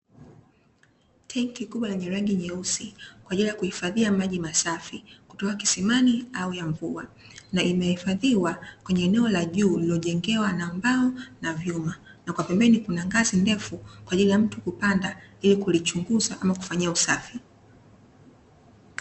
Tenki la rangi nyeusi kwa ajili ya kuhifadhi maji masafi, kutoka kisimani au ya mvua, limehifadhiwa katika sehemu ya juu iliyo tengenezwa kwa mbao Kea Pembeni kuna ngazi kwa ajili ya mtu kupanda kulichunguza au kulifanyia usafi.